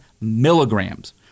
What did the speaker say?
milligrams